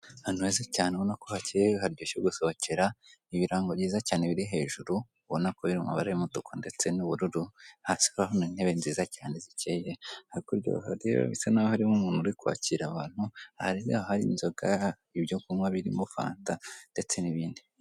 Ahantu heza cyane ubona ko hakeye haryoshye gusohokera, ni ibirango byiza cyane biri hejuru, ubona ko biri mu mabara y'umutuku ndetse n'ubururu, hasi urahabona intebe nziza cyane zikeye, nk'uko ubibona bisa nkaho harimo umuntu uri kwakira abantu, ahari inzoga ibyo kunywa birimo fanta, ndetse n'ibindi.